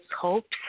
hopes